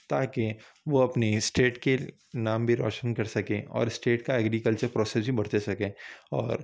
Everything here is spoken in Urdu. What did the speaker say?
تاکہ وہ اپنے اسٹیٹ کے نام بھی روشن کر سکیں اور اسٹیٹ کا اگریکلچر پروسیز بھی بڑھت دے سکیں اور